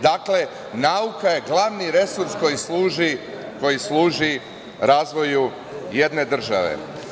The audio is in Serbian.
Dakle, nauka je glavni resurs koji služi razvoju jedne države.